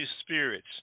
spirits